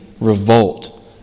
revolt